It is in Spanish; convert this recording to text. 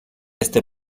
este